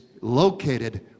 located